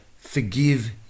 Forgive